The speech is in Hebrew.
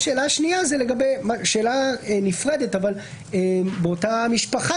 שאלה שנייה היא שאלה נפרדת אבל באותה משפחה,